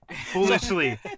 Foolishly